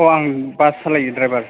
औ आं बास सालायो द्राइभार